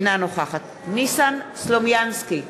אינה נוכחת ניסן סלומינסקי,